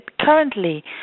currently